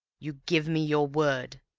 you give me your word?